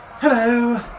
Hello